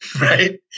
right